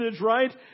right